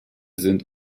sind